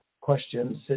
questions